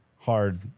hard